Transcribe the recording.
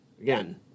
again